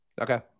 Okay